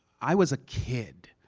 i was a kid.